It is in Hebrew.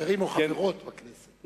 חברים או חברות בכנסת.